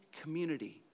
community